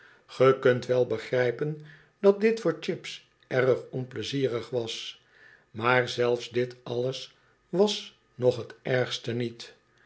ge kunt wel begrijpen dat dit voor chips erg onpleizierig was maar zelfs dit alles was nog t ergste niet